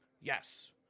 Yes